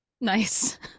nice